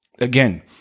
Again